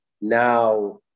now